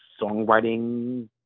Songwriting